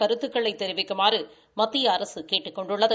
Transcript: கருத்துக்களை தெரிவிக்குமாறு மத்திய அரசு கேட்டுக் கொண்டுள்ளது